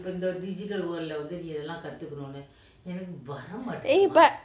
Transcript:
eh but